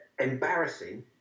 Embarrassing